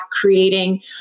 creating